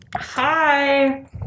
Hi